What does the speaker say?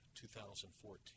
2014